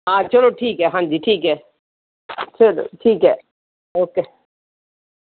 ਹਾਂ ਚਲੋ ਠੀਕ ਹੈ ਹਾਂਜੀ ਠੀਕ ਹੈ ਚਲੋ ਠੀਕ ਹੈ ਓਕੇ